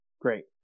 great